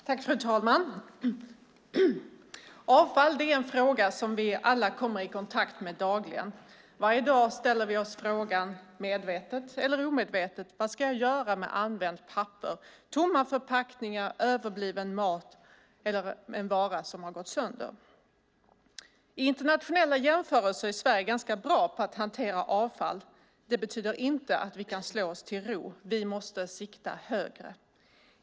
Fru talman! Avfall är en fråga som vi alla kommer i kontakt med dagligen. Varje dag ställer vi oss medvetet eller omedvetet frågan: Vad ska jag göra med använt papper, tomma förpackningar, överbliven mat eller en vara som har gått sönder? I internationella jämförelser är Sverige ganska bra på att hantera avfall. Det betyder inte att vi kan slå oss till ro. Vi måste sikta högre.